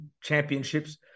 Championships